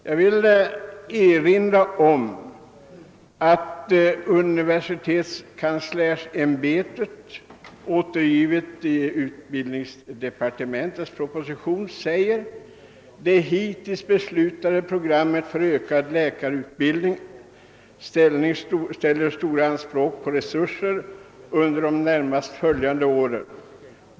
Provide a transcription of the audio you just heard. Jag vill erinra om att universitetskanslersämbetet i ett uttalande, som återges i statsverkspropositionen, säger följande: »Det hittills beslutade programmet för ökad läkarutbildning ställer stora anspråk på resurser under de närmast följande åren.